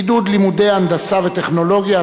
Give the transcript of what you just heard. עידוד לימודי הנדסה וטכנולוגיה),